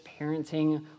parenting